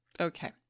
Okay